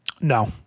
No